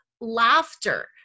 laughter